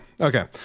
Okay